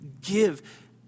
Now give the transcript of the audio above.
Give